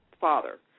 father